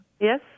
Yes